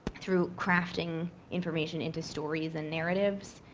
through crafting information into stories and narratives.